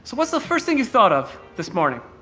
so what's the first thing you thought of this morning?